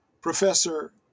Professor